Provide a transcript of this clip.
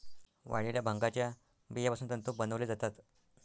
वाळलेल्या भांगाच्या बियापासून तंतू बनवले जातात